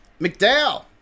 McDowell